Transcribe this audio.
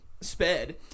sped